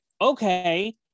okay